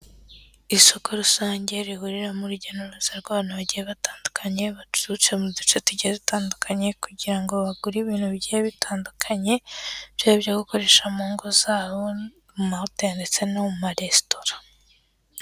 Isoko rusange rihuriramo urujya n'uruza rw'abantu bagiye batandukanye baturutse mu duce tugiye dutandukanye, kugira ngo bagure ibintu bigiye bitandukanye, byaba ibyo gukoresha mu ngo zabo, mu mahoteri ndetse no mu maresitora.